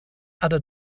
other